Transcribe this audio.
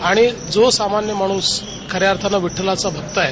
आणि जो सामान्य माणूस खन्या अर्थानं विड्ठला भक्त आहे